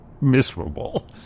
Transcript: miserable